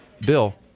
Bill